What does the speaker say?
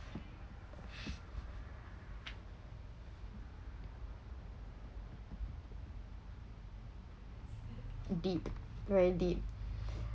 deep very deep